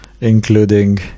including